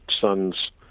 son's